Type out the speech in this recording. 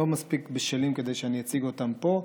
הם לא מספיק בשלים כדי שאני אציג אותם פה.